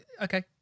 Okay